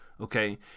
okay